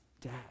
Dad